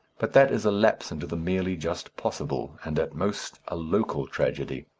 but that is a lapse into the merely just possible, and at most a local tragedy.